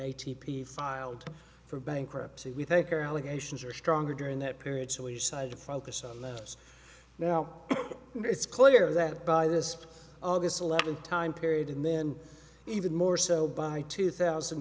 p filed for bankruptcy we think or allegations are stronger during that period so he sighed to focus on less now it's clear that by this august eleventh time period and then even more so by two thousand